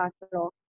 hospital